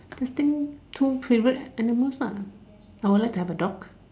testing two favourite animals lah I would like to have a dog